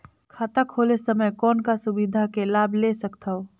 खाता खोले समय कौन का सुविधा के लाभ ले सकथव?